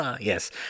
Yes